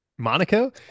Monaco